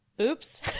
oops